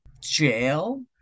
jail